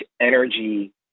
energy